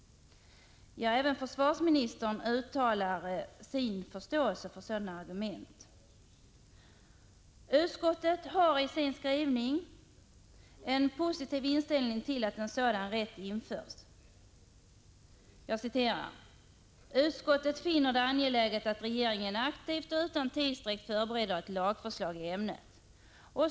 Ja, även försvarsministern uttalar förståelse för sådana argument. Utskottet har i sin skrivning en positiv inställning till att en sådan rätt införs. Utskottet finner det angeläget att regeringen aktivt och utan tidsutdräkt förbereder ett lagförslag i ämnet.